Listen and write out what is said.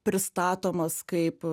pristatomas kaip